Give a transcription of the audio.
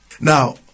Now